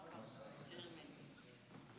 הוא